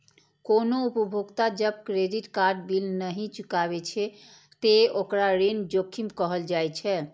कोनो उपभोक्ता जब क्रेडिट कार्ड बिल नहि चुकाबै छै, ते ओकरा ऋण जोखिम कहल जाइ छै